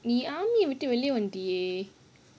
the army விட்டு வெளிய வந்திட்டியே:vittu veliya vandhitiyae